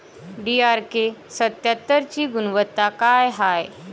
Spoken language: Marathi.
डी.आर.के सत्यात्तरची गुनवत्ता काय हाय?